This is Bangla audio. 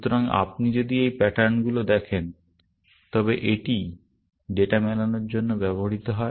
সুতরাং আপনি যদি এই প্যাটার্নগুলি দেখেন তবে এটিই ডেটা মেলানোর জন্য ব্যবহৃত হয়